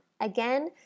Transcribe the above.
Again